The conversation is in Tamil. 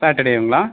சாட்டர்டேங்களா